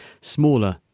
smaller